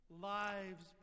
lives